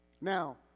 Now